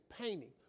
painting